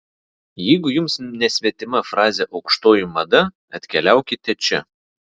jeigu jums nesvetima frazė aukštoji mada atkeliaukite čia